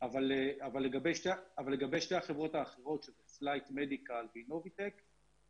אבל לגבי שתי החברות האחרות "פלייט מדיקל" ו"אינוויטק",